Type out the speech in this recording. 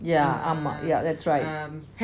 yeah ஆமா:ama yeah that's right